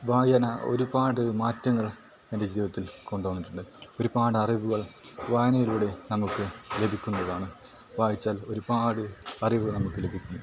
വായന ഒരുപാട് മാറ്റങ്ങൾ എൻ്റെ ജീവിതത്തിൽ കൊണ്ട് വന്നിട്ടുണ്ട് ഒരുപാട് അറിവുകൾ വായനയിലൂടെ നമുക്ക് ലഭിക്കുന്നതാണ് വായിച്ചാൽ ഒരുപാട് അറിവുകൾ നമുക്ക് ലഭിക്കും